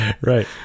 Right